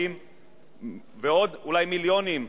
ואולי עוד מיליונים,